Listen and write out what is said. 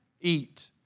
eat